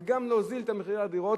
וגם להוזיל את מחירי הדירות,